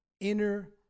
inner